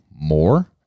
more